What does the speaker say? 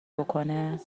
بکنه